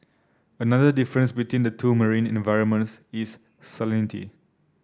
another difference between the two marine environments is salinity